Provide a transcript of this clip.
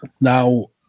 Now